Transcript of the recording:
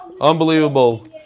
Unbelievable